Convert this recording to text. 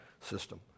system